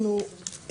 אנחנו,